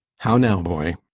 how now, boy!